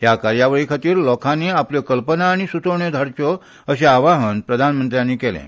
ह्या कार्यावळी खातीर लोकांनी आपल्यो कल्पना आनी सुचोवण्यो धाडच्यो अशें आवाहन प्रधानमंत्र्यांनी केलें